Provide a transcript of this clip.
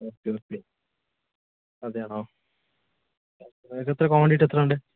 okay okay അതെയോ ആ നിങ്ങൾക്കെത്ര ക്വാണ്ടിറ്റിയെത്രയാണ് വേണ്ടത്